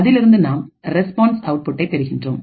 அதிலிருந்து நாம் ரெஸ்பான்ஸ் அவுட் புட்டை பெறுகின்றோம்